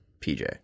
PJ